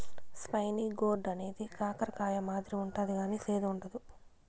spiny gourd అనేది కాకర కాయ మాదిరి ఉంటది కానీ సేదు ఉండదు